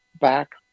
back